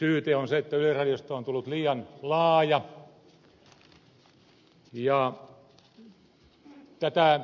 perussyyte on se että yleisradiosta on tullut liian laaja ja tätä